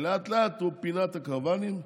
ולאט-לאט הוא פינה את הקרוונים.